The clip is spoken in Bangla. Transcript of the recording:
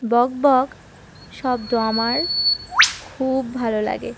বক বক শব্দ আমার খুব ভালো লাগে